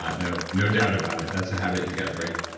ah no no doubt about it. that's a habit you gotta break,